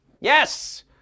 Yes